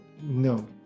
no